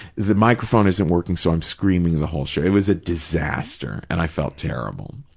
the microphone isn't working so i'm screaming the whole show. it was a disaster, and i felt terrible.